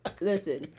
Listen